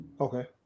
okay